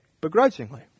begrudgingly